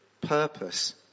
purpose